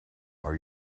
are